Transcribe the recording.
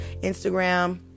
instagram